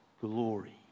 glory